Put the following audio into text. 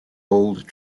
old